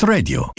Radio